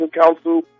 Council